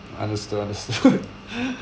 understood understood